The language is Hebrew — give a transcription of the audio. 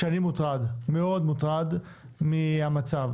שאני מאוד מוטרד מהמצב.